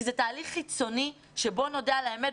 זה תהליך חיצוני שבואו נודה על האמת,